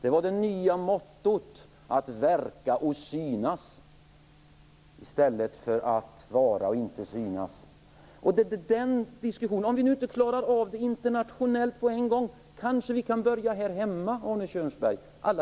Det var det nya mottot att verka och synas i stället för att vara och inte synas. Om vi inte klarar av det internationellt på en gång, kan vi kanske börja här hemma alla